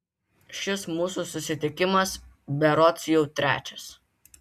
šis mūsų susitikimas berods jau trečias